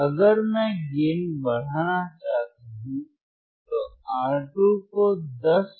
अगर मैं गेन बढ़ाना चाहता हूं तो R2 को 100 किलो ओम से बदलें